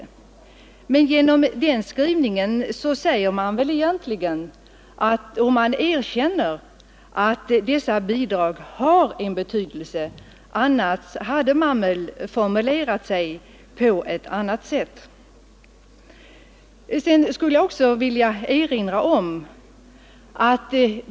Men genom den skrivningen erkänner man ju att dessa bidrag har en betydelse; annars hade man väl formulerat det på ett annat sätt.